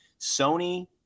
Sony